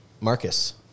Marcus